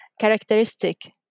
characteristic